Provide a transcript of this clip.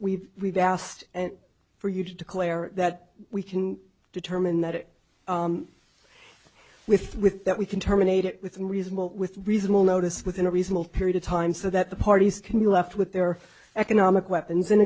we've we've asked for you to declare that we can determine that it with with that we can terminate it within reasonable with reasonable notice within a reasonable period of time so that the parties can be left with their economic weapons and